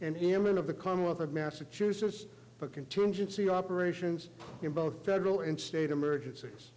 and human of the commonwealth of massachusetts for contingency operations in both federal and state emergencies